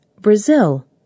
Brazil